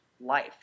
life